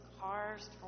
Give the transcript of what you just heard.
cars